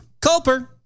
Culper